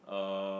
uh